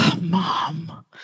Mom